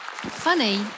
Funny